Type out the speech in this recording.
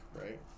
right